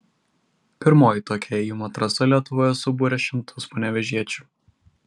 pirmoji tokia ėjimo trasa lietuvoje subūrė šimtus panevėžiečių